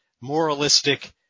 moralistic